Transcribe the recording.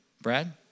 Brad